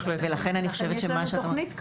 יש לנו תכנית כזו.